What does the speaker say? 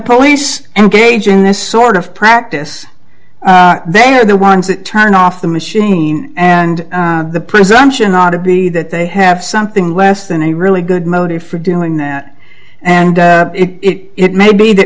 police and gage in this sort of practice they are the ones that turn off the machine and the presumption ought to be that they have something less than a really good motive for doing that and it may be that